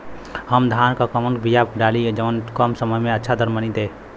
हम धान क कवन बिया डाली जवन कम समय में अच्छा दरमनी दे?